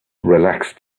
relaxed